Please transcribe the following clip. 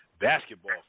Basketball